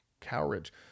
Courage